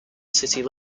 city